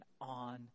on